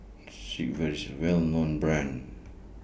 Sigvaris IS A Well known Brand